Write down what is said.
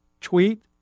tweet